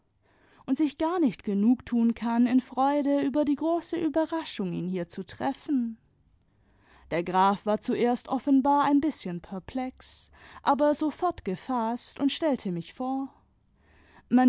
und sich gar nicht geniig tun kann in freude über die große überraschung ihn hier zu treffen der graf war zuerst offenbar ein bißchen perplex aber sofort gefaßt und stellte mich vor